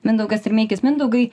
mindaugas rimeikis mindaugai